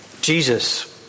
Jesus